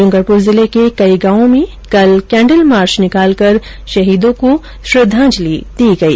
ड्रंगरपुर जिले के कई गांवों में कल कैंडल मार्च निकालकर शहीदों को श्रद्वांजलि दी गई